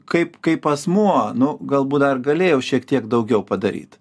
kaip kaip asmuo nu galbūt dar galėjau šiek tiek daugiau padaryt